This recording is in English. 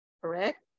correct